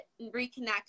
reconnect